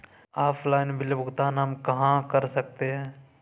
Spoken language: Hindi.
ऑफलाइन बिल भुगतान हम कहां कर सकते हैं?